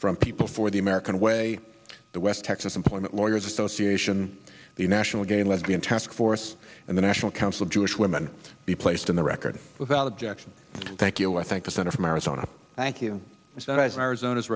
from people for the american way the west texas employment lawyers association the national gay lesbian task force and the national council jewish women be placed in the record without objection thank you i thank the senator from arizona thank you so as an arizona